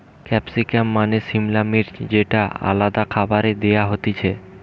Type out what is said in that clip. capsicum মানে সিমলা মির্চ যেটা আলাদা খাবারে দেয়া হতিছে